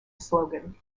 slogan